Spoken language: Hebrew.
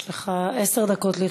בבקשה, לרשותך עשר דקות.